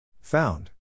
Found